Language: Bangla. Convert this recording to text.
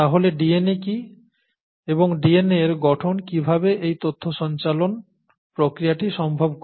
তাহলে DNA কি এবং DNA এর গঠন কিভাবে তথ্য সঞ্চালন প্রক্রিয়াটি সম্ভব করে